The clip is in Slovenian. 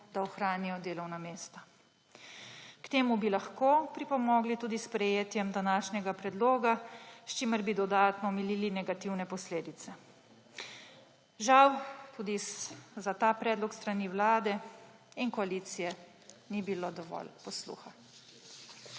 da ohranijo delovna mesta. K temu bi lahko pripomogli tudi s sprejetjem današnjega predloga, s čimer bi dodatno omilili negativne posledice. Žal tudi za ta predlog s strani vlade in koalicije ni bilo dovolj posluha.